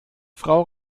frau